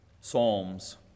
psalms